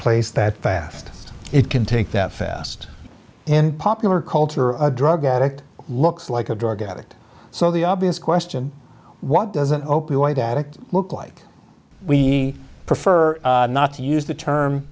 place that fast it can take that fast in popular culture of a drug addict looks like a drug addict so the obvious question what does an opioid addict look like we prefer not to use the term